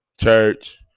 church